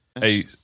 Hey